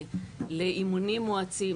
לאימונים מואצים,